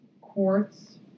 quartz